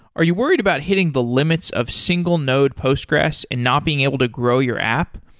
are you worried about hitting the limits of single node postgressql and not being able to grow your app,